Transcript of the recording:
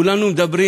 כולנו מדברים